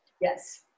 yes